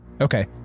Okay